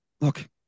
Look